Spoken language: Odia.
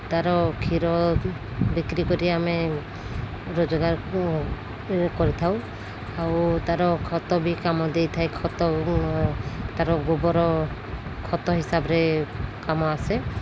ତା'ର କ୍ଷୀର ବିକ୍ରି କରି ଆମେ ରୋଜଗାର କରିଥାଉ ଆଉ ତା'ର ଖତ ବି କାମ ଦେଇଥାଏ ଖତ ତା'ର ଗୋବର ଖତ ହିସାବରେ କାମ ଆସେ